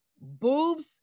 boobs